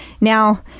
Now